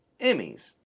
Emmys